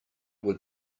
would